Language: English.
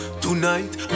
Tonight